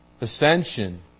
ascension